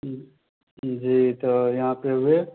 जी तऽ यहाँ पे